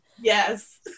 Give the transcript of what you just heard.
Yes